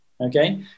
Okay